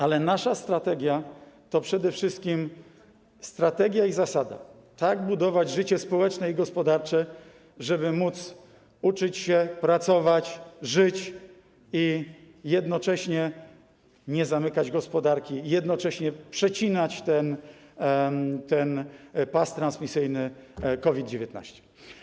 Ale nasza strategia to przede wszystkim strategia i zasada: tak budować życie społeczne i gospodarcze, żeby móc uczyć się, pracować, żyć i jednocześnie nie zamykać gospodarki, jednocześnie przecinać ten pas transmisyjny COVID-19.